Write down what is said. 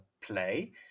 play